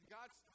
God's